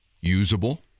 usable